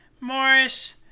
Morris